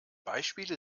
beispiele